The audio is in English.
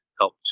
help